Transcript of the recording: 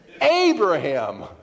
Abraham